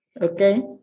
Okay